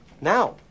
now